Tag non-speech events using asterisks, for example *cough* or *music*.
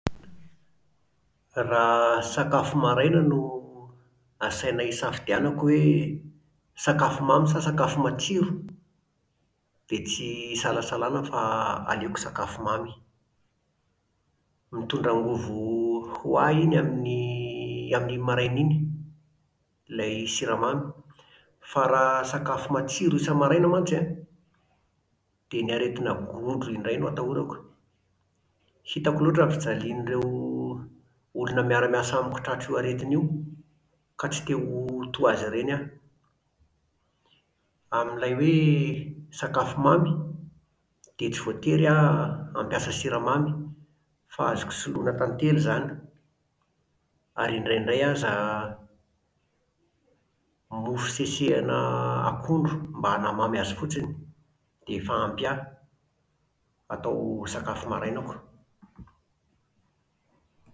Raha *hesitation* sakafo maraina no *hesitation* asaina hisafidianako hoe *hesitation* sakafo mamy sa sakafo matsiro? Dia tsy *hesitation* isalasalana fa *hesitation* aleoko sakafo mamy. Mitondra angovo *hesitation* ho ahy iny amin'ny *hesitation* amin'iny maraina iny, ilay *hesitation* siramamy. Fa raha *hesitation* sakafo matsiro isa-maraina mantsy an, dia ny aretina goty indray no atahorako. Hitako loatra ny fijalian'ireo *hesitation* olona miara-miasa amiko tratran'io aretina io ka tsy te-ho *hesitation* toa azy ireny aho. Amin'ilay hoe *hesitation* sakafo mamy, dia tsy voatery aho *hesitation* hampiasa siramamy, fa azoko soloina tantely izany, ary indraindray aza *hesitation* mofo sesehana *hesitation* akondro mba hanamamy azy fotsiny dia efa ampy ahy hatao sakafo marainako.